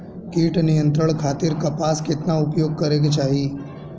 कीट नियंत्रण खातिर कपास केतना उपयोग करे के चाहीं?